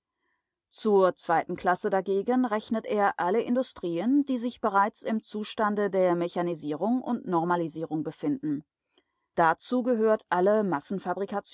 zur zweiten klasse dagegen rechnet er alle industrien die sich bereits im zustande der mechanisierung und normalisierung befinden dazu gehört alle